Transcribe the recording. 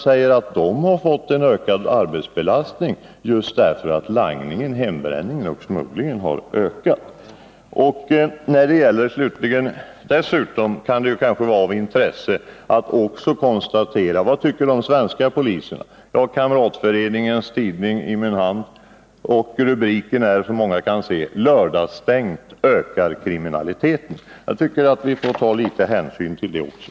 Jo, att man har fått en stegrad arbetsbelastning just därför att langningen, hembränningen och smugglingen har ökat. Det kan kanske till slut också vara av intresse att konstatera vad de svenska poliserna tycker. Jag har kamratföreningens tidning i min hand, och rubriken är, som många kan se: Lördagsstängt ökar kriminaliteten. Jag tycker vi borde ta litet hänsyn till detta också.